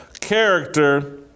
Character